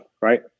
right